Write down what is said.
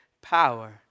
power